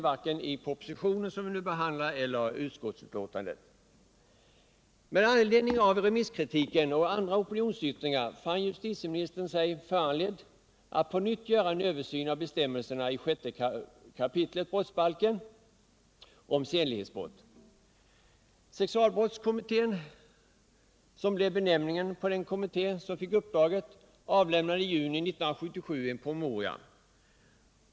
Varken propositionen eller utskottsbetänkandet i detta ärende bör ändra något därvidlag. tieministern sig föranledd att på nytt göra en översyn av bestämmelserna i 6 kap. brottsbalken om sedlighetsbrott. Sexualbrottskommittén, som benämningen blev på den kommitté som fick uppdraget, avlämnade i juni 1977 en promemoria.